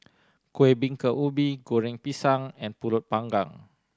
Kueh Bingka Ubi Goreng Pisang and Pulut Panggang